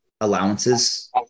allowances